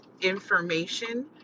information